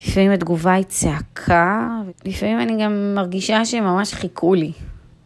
לפעמים התגובה היא צעקה, לפעמים אני גם מרגישה שהם ממש חיכו לי.